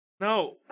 No